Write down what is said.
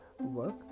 work